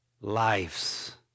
lives